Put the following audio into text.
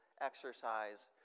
exercise